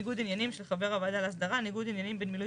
ניגוד עניינים של חבר הוועדה להסדרה: ניגוד עניינים בין מילוי